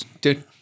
dude